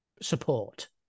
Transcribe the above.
support